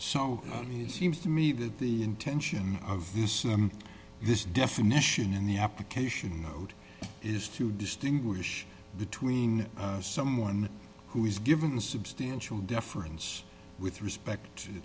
so it seems to me that the intention of this and this definition in the application note is to distinguish between someone who is given a substantial difference with respect to